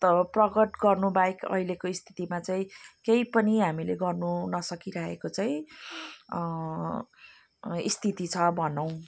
प्रकट गर्नुबाहेक अहिलको स्थितिमा चाहिँ केही पनि हामीले गर्नु नसकिरहेको चाहिँ स्थिति छ भनौँ